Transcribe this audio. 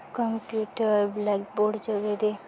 computer blackboard ଯୋଗେରେ